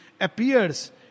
appears